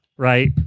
right